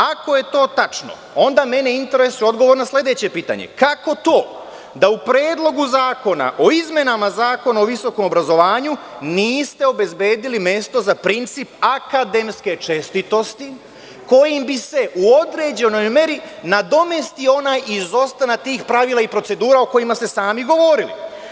Ako je to tačno, onda mene interesuje odgovor na sledeće pitanje – kako to da u Predlogu zakona o izmenama Zakona o visokom obrazovanju niste obezbedili mesto za princip akademske čestitosti, kojim bi se u određenoj meri nadomestio onaj izostanak tih pravila i procedura o kojima ste sami govorili?